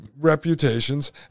reputations